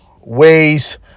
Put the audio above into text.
ways